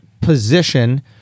position